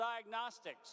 diagnostics